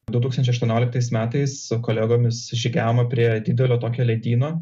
du tūkstančiai aštuonioliktais metais su kolegomis žygiavome prie didelio tokio ledyno